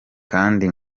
kandi